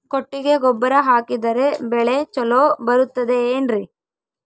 ಕೊಟ್ಟಿಗೆ ಗೊಬ್ಬರ ಹಾಕಿದರೆ ಬೆಳೆ ಚೊಲೊ ಬರುತ್ತದೆ ಏನ್ರಿ?